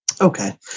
Okay